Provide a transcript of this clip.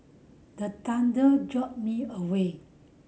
the thunder jolt me awake